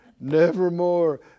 Nevermore